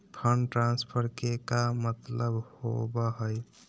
Fund transfer के का मतलब होव हई?